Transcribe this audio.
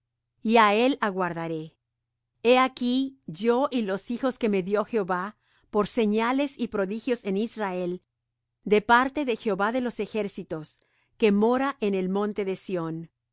y á él aguardaré he aquí yo y los hijos que me dió jehová por señales y prodigios en israel de parte de jehová de los ejércitos que mora en el monte de sión